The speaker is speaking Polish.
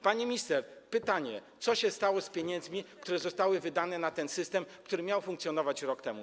Pani minister, pytanie: Co się stało z pieniędzmi, które zostały wydane na ten system, który miał funkcjonować rok temu?